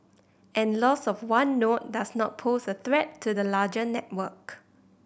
and loss of one node does not pose a threat to the larger network